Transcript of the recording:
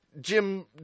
Jim